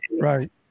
right